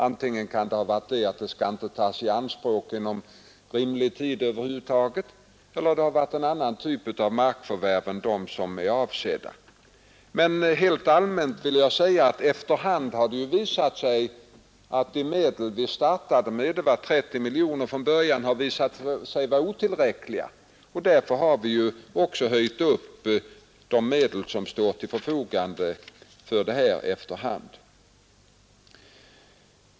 Antingen kan det ha varit så att marken inte skall tas i anspråk inom rimlig tid, eller också har det varit fråga om en annan typ av markförvärv än dem som är avsedda. Helt allmänt vill jag emellertid säga att efter hand har det visat sig att de medel vi startade med — det var 30 miljoner från början — varit otillräckliga. Därför har vi också efter hand uttökat de medel som står till förfogande för ändamålet.